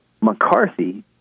McCarthy